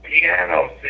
piano